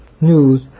news